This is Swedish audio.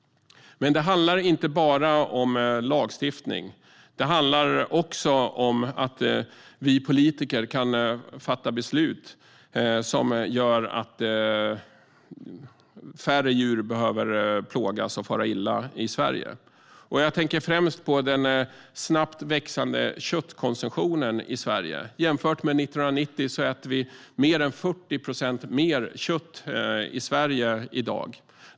Det handlar dock inte bara om lagstiftning. Det handlar också om att vi politiker kan fatta beslut som gör att färre djur behöver plågas och fara illa i Sverige. Jag tänker främst på den snabbt växande köttkonsumtionen i Sverige - jämfört med 1990 äter vi över 40 procent mer kött i Sverige i dag.